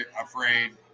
afraid